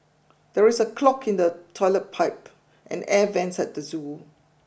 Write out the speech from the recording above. there is a clog in the toilet pipe and air vents at the zoo